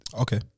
Okay